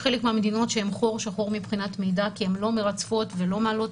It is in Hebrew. חלק מהמדינות הן חור שחור מבחינת מידע כי הן לא מרצפות ולא מעלות